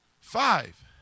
five